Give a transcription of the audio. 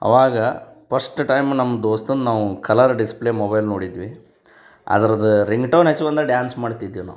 ಆವಾಗ first time ನಮ್ಮ ದೋಸ್ತನ ನಾವು ಕಲರ್ ಡಿಸ್ಪ್ಲೇ ಮೊಬೈಲ್ ನೋಡಿದ್ವಿ ಅದರ್ದು ರಿಂಗ್ಟೋನ್ ಹಚ್ಕೊಂಡ ಡ್ಯಾನ್ಸ್ ಮಾಡ್ತಿದ್ವಿ ನಾವು